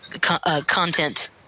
content